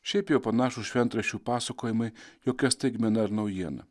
šiaip jau panašūs šventraščių pasakojimai jokia staigmena ar naujiena